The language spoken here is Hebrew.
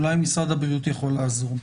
אולי משרד הבריאות יכול לעזור.